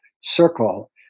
circle